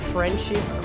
Friendship